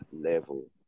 level